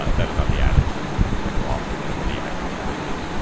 ah that is not the adage. that's the mcglothin, whatever the actual adages.